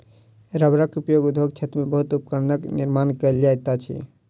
रबड़क उपयोग उद्योग क्षेत्र में बहुत उपकरणक निर्माण में कयल जाइत अछि